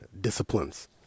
disciplines